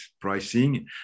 pricing